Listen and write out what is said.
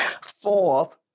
fourth